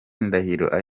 ndahiro